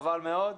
חבל מאוד.